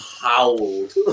howled